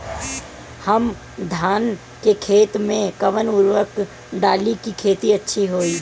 हम धान के खेत में कवन उर्वरक डाली कि खेती अच्छा होई?